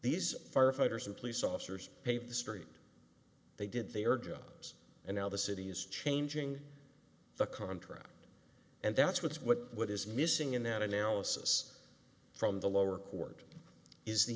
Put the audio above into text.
these firefighters and police officers paid the street they did their jobs and now the city is changing the contract and that's what's what what is missing in an analysis from the lower court is the